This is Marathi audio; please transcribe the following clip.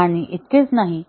आणि इतकेच नाही